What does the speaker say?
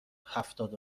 هفتاد